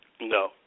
No